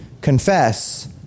confess